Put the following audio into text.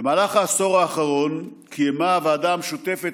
במהלך העשור האחרון קיימה הוועדה המשותפת